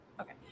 Okay